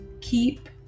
keep